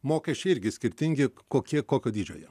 mokesčiai irgi skirtingi kokie kokio dydžio jie